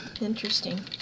Interesting